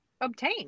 obtain